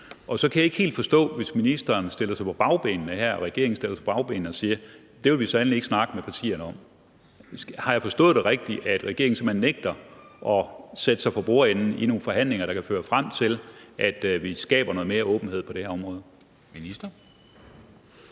Så jeg kan ikke helt forstå det, hvis ministeren og regeringen stiller sig på bagbenene og siger: Det vil vi sandelig ikke snakke med partierne om. Har jeg forstået det rigtigt, altså at regeringen simpelt hen nægter at sætte sig for bordenden i nogle forhandlinger, der kan føre frem til, at vi skaber noget mere åbenhed på det område? Kl.